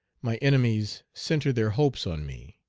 my enemies, centre their hopes on me.